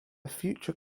future